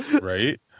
Right